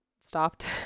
stopped